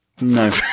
No